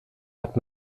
hat